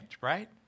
right